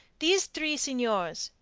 these three seigneurs,